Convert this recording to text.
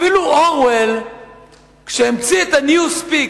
אפילו אורוול שהמציא את ה-new speak,